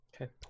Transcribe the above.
okay